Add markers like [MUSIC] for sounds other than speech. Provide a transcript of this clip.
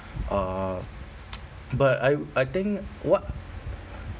uh [NOISE] but I w~ I think what